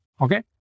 Okay